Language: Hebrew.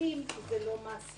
שומעים היום שזה לא מעשי,